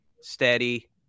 steady